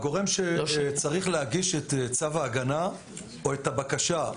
הגורם שצריך להגיש את צו ההגנה או את הבקשה,